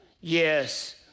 Yes